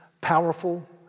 powerful